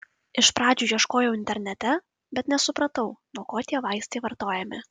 iš pradžių ieškojau internete bet nesupratau nuo ko tie vaistai vartojami